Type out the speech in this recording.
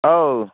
ꯑꯧ